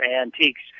antiques